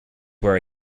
were